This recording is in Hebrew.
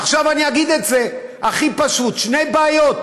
עכשיו אני אגיד את זה הכי פשוט: שני בעיות,